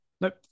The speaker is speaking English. Nope